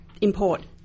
import